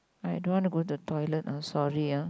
I don't want to go to the toilet I'm sorry ah